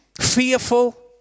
fearful